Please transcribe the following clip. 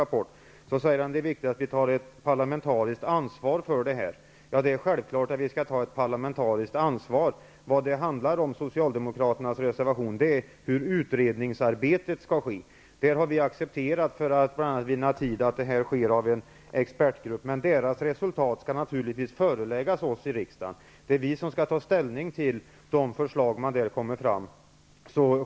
Han säger att det är viktigt att vi tar ett parlamentariskt ansvar för detta. Ja, det är självklart att vi skall ta ett parlamentariskt ansvar. Vad det handlar om i socialdemokraternas reservation är hur utredningsarbetet skall bedrivas. Vi har accepterat, bl.a. för att vinna tid, att det skall tillsättas en expertgrupp, men dennas resultat skall naturligtvis föreläggas oss i riksdagen. Det är vi som skall ta ställning till de förslag som man där kommer fram till.